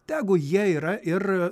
tegu jie yra ir